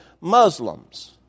Muslims